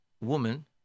woman